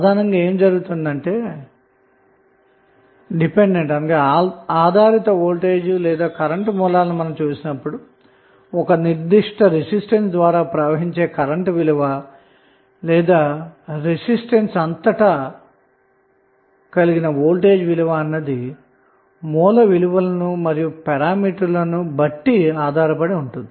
సాధారణంగా dependent voltage లేదా current source లను చూసినప్పుడు ఒక నిర్దిష్ట రెసిస్టెన్స్ ద్వారా ప్రవహించే కరెంటు విలువ లేదా రెసిస్టెన్స్ అంతట వోల్టేజ్ విలువ అన్నది సోర్స్ విలువలు మరియు పారామితుల విలువల మీద ఆధారపడి ఉంటుంది